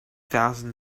thousand